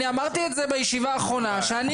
אני אמרתי את זה בישיבה האחרונה שאני